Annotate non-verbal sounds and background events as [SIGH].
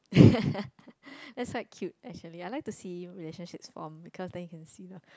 [LAUGHS] that's like cute actually I like to see relationships form because then you can see the